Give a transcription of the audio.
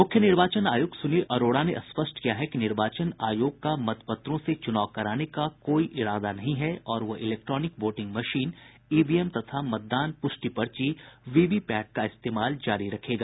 मुख्य निर्वाचन आयुक्त सुनील अरोड़ा ने स्पष्ट किया है कि निर्वाचन आयोग का मतपत्रों से चुनाव कराने का कोई इरादा नहीं है और वह electronic voting machine EVM तथा मतदान पुष्टि पर्ची वी वी पैट का इस्तेमाल जारी रखेगा